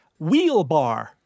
Wheelbar